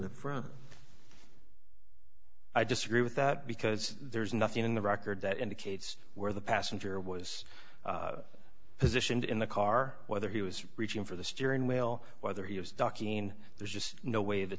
the front i disagree with that because there's nothing in the record that indicates where the passenger was positioned in the car whether he was reaching for the steering wheel whether he was ducking there's just no way to